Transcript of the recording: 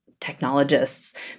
technologists